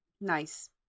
Nice